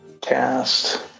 cast